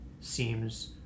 seems